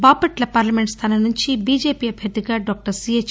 Bapatla parliament స్థానం నుంచి BJP అభ్యర్థిగా డాక్టర్ సిహెచ్